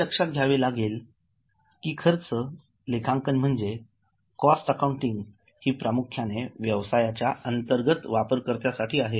हे लक्षात घ्यावे लागेल कि खर्च लेखांकन म्हणजे कॉस्ट अकाउंटिंग हि प्रामुख्याने व्यवसायाच्या अंतर्गत वापरकर्त्यासाठी आहे